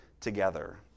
together